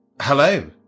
hello